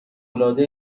العاده